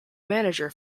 manager